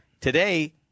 Today